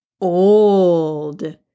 old